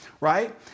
right